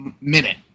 minute